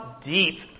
deep